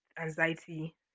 anxiety